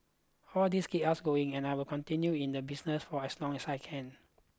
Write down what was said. all these keep us going and I will continue in the business for as long as I can